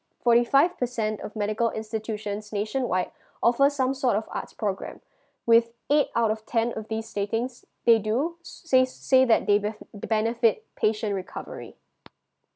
forty five percent of medical institutions nation wide offer some sort of arts programme with eight out of ten of these stating they do s~ say say that they bef~ benefit patient recovery